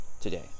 today